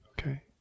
Okay